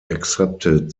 accepted